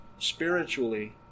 Spiritually